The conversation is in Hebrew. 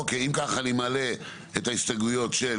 אוקי עם כך אני מעלה את ההסתייגויות של